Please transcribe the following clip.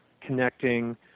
connecting